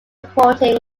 reporting